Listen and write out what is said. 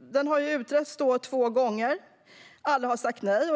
Den har utretts två gånger. Alla har sagt nej.